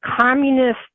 communist